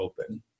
open